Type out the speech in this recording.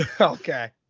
Okay